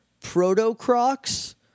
proto-crocs